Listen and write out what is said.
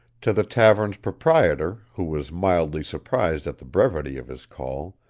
to the tavern's proprietor, who was mildly surprised at the brevity of his call,